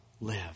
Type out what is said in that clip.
live